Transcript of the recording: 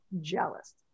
jealous